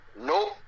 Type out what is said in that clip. Nope